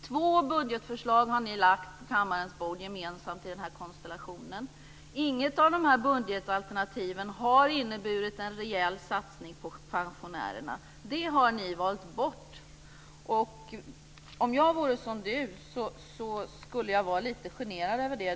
Två budgetförslag har ni gemensamt i den aktuella konstellationen lagt på kammarens bord. Inget av de här budgetalternativen har dock inneburit en rejäl satsning på pensionärerna. Det har ni valt bort. Om jag vore Lars Bäckström skulle jag vara lite generad över det.